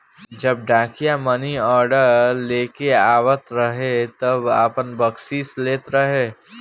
जब डाकिया मानीऑर्डर लेके आवत रहे तब आपन बकसीस लेत रहे